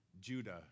Judah